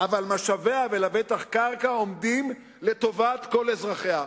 אבל משאביה, ולבטח קרקע, עומדים לטובת כל אזרחיה.